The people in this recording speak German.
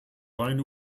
reine